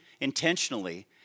intentionally